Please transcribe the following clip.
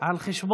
תודה